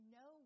no